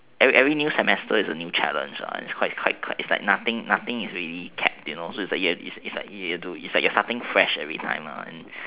every new semester is a new challenge lah it's quite tight it's like nothing nothing is already kept you know so you it's like it's like you are starting something fresh every time lah and